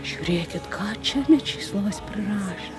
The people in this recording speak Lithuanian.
žiūrėkit ką čia mečislovas prirašė